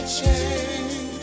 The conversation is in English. change